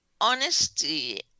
honesty